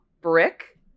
brick